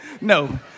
No